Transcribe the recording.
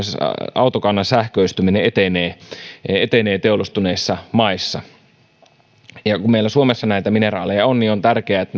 autokannan sähköistyminen etenee teollistuneissa maissa kun meillä suomessa näitä mineraaleja on niin on tärkeää että